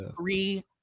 Three